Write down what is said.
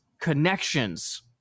connections